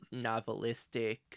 novelistic